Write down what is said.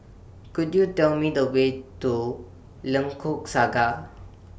Could YOU Tell Me The Way to Lengkok Saga